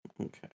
Okay